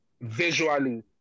visually